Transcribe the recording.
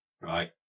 right